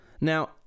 Now